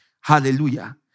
Hallelujah